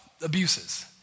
abuses